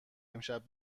امشب